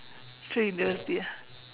three university ah